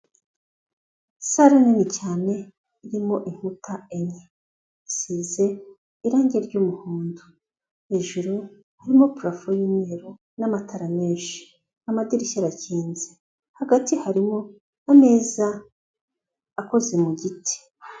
Sale nini cyane irimo inkuta enye, isize irange ry'umuhondo, hejuru harimo purafo y'umweru n'amatara menshi, amadirishya arakinze, hagati harimo ameza akoze mu giti.